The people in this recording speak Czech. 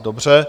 Dobře.